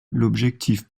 l’objectif